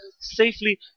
safely